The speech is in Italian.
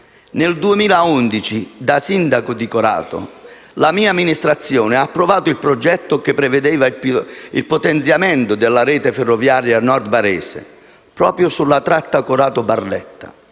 Nel 2011, da sindaco di Corato, la mia amministrazione ha approvato il progetto che prevedeva il potenziamento della rete delle Ferrovie del Nord Barese, proprio sulla tratta Corato-Barletta,